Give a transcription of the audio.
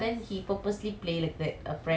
!wah! this kind of prank all can ah